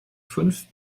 fünf